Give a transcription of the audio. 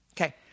Okay